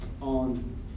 on